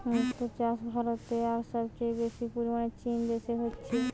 মুক্তো চাষ ভারতে আর সবচেয়ে বেশি পরিমাণে চীন দেশে হচ্ছে